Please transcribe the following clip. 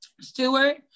Stewart